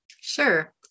Sure